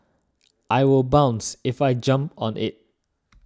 I will bounce if I jump on it